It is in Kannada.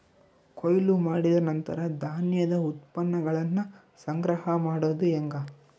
ಕೊಯ್ಲು ಮಾಡಿದ ನಂತರ ಧಾನ್ಯದ ಉತ್ಪನ್ನಗಳನ್ನ ಸಂಗ್ರಹ ಮಾಡೋದು ಹೆಂಗ?